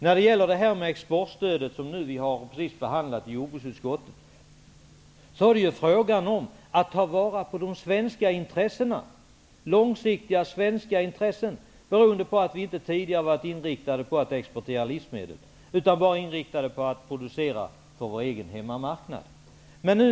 När det gäller exportstödet, som vi precis har behandlat i jordbruksutskottet, är det fråga om att ta vara på de långsiktiga svenska intressena. Vi har nämligen inte tidigare varit inriktade på att exportera livsmedel, utan bara på att producera för vår egen hemmamarknad.